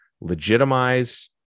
legitimize